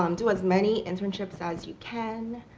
um do as many internships as you can.